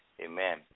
Amen